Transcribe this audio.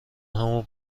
همون